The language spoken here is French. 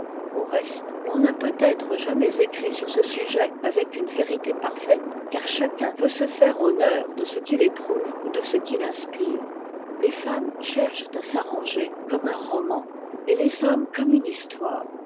au reste l'on n'a peut-être jamais écrit sur ce sujet avec une vérité parfaite car chacun veut se faire honneur de ce qu'il éprouve ou de ce qu'il inspire les femmes cherchent à s'arranger comme un roman et les hommes comme une histoire